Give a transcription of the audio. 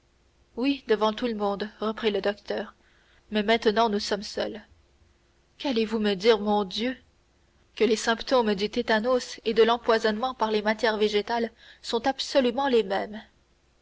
oui devant tout le monde reprit le docteur mais maintenant nous sommes seuls qu'allez-vous me dire mon dieu que les symptômes du tétanos et de l'empoisonnement par les matières végétales sont absolument les mêmes